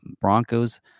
Bronco's